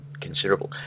considerable